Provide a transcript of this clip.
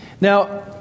Now